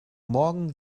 morgen